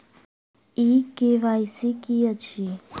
ई KYC की अछि?